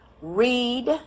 read